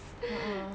a'ah